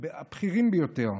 הבכירים ביותר,